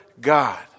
God